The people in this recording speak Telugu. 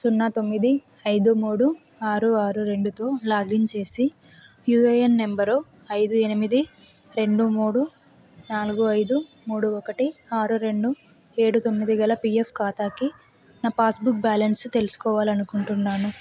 సున్నా తొమ్మిది ఐదు మూడు ఆరు ఆరు రెండుతో లాగిన్ చేసి యూఏఎన్ నంబరు ఐదు ఎనిమిది రెండు మూడు నాలుగు ఐదు మూడు ఒకటి ఆరు రెండు ఏడు తొమ్మిది గల పీఎఫ్ ఖాతాకి నా పాస్బుక్ బ్యాలన్స్ తెలుసుకోవాలనుకుంటున్నాను